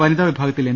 വനിതാവിഭാഗത്തിൽ M